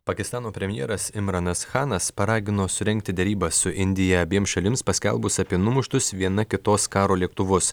pakistano premjeras imranas chanas paragino surengti derybas su indija abiem šalims paskelbus apie numuštus viena kitos karo lėktuvus